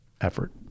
effort